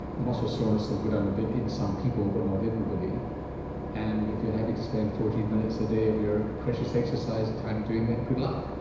muscle soreness will go down a bit in some people but not everybody and if you're happy to spend fourteen minutes a day of your precious exercise time doing that good luck.